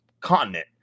continent